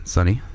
Sunny